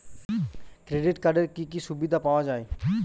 Credit কার্ডের কি কি সুবিধা পাওয়া যায়?